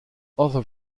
other